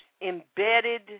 embedded